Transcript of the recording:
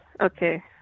Okay